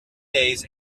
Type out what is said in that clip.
days